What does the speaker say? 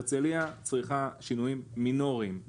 הרצליה צריכה שינויים מינוריים.